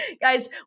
Guys